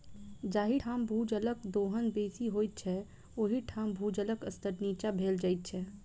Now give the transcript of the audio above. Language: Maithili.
जाहि ठाम भूजलक दोहन बेसी होइत छै, ओहि ठाम भूजलक स्तर नीचाँ भेल जाइत छै